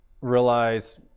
realize